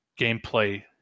gameplay